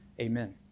Amen